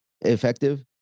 effective